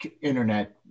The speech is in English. internet